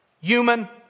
human